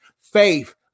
faith